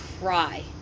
cry